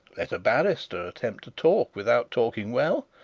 let a barrister attempt to talk without talking well,